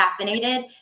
caffeinated